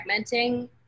fragmenting